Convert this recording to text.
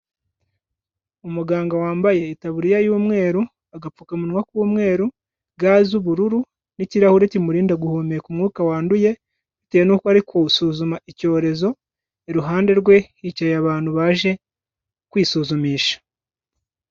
Umuganga wambaye itaburiya y'umweru agapfukamunwa k'umweru, ga z'ubururu n'ikirahure kimurinda guhumeka umwuka wanduye, bitewe n'uko ari kuwusuzuma icyorezo, iruhande rwe hicaye abantu baje kwisuzumisha.